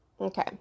Okay